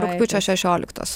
rugpjūčio šešioliktos